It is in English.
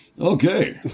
Okay